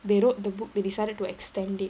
they wrote the book they decided to extend it